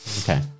Okay